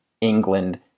England